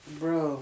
bro